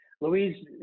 Louise